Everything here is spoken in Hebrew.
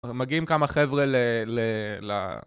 מגיעים כמה חבר'ה ל...